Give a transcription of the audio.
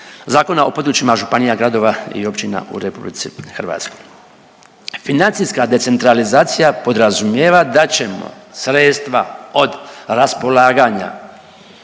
Zakona o područjima županija, gradova i općina u RH. Financijska decentralizacija podrazumijeva da ćemo sredstva od raspolaganja